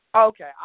Okay